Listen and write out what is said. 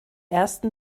ersten